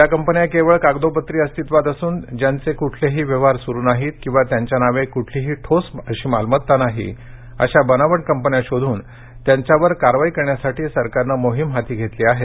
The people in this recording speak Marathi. ज्या कंपन्या केवळ कागदोपत्री अस्तित्वात असून ज्यांचे कुठलेही व्यवहार सुरू नाहीत किंवा त्यांच्या नावे कुठलीही ठोस अशी मालमत्ता नाही अशा बनावट कंपन्या शोधून त्यांच्यावर कारवाई करण्यासाठी सरकारनं मोहीम हाती घेतली आहे